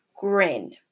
grin